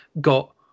got